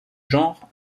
genre